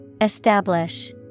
Establish